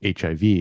HIV